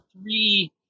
three